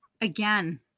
again